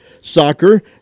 soccer